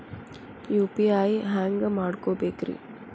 UPI ಹ್ಯಾಂಗ ಮಾಡ್ಕೊಬೇಕ್ರಿ?